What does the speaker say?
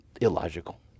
illogical